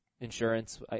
insurance